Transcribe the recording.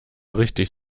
richtig